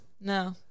no